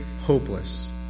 hopeless